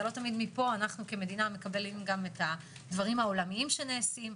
וזה לא תמיד מפה אנחנו כמדינה מקבלים גם את הדברים העולמיים שנעשים.